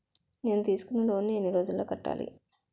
నేను తీసుకున్న లోన్ నీ ఎన్ని రోజుల్లో కట్టాలి?